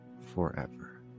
forever